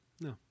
No